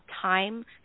time